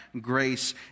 grace